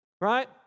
Right